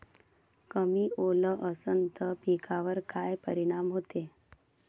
कमी ओल असनं त पिकावर काय परिनाम होते?